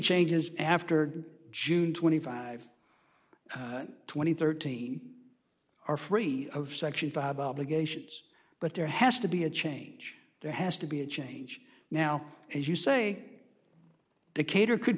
changes after june twenty five twenty thirteen are free of section five obligations but there has to be a change there has to be a change now as you say decatur could